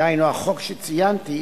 דהיינו החוק שציינתי,